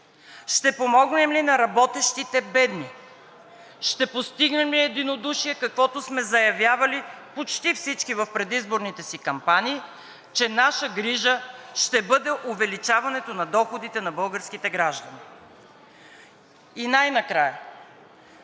Ще помогнем ли на работещите бедни? Ще постигнем ли единодушие – каквото сме заявявали почти всички в предизборните си кампании, че наша грижа ще бъде увеличаването на доходите на българските граждани? И най-накрая,